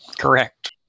Correct